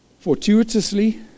Fortuitously